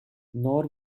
nor